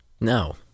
No